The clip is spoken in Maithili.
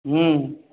हँ